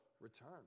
return